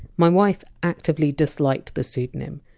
my wife actively disliked the pseudonym,